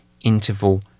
interval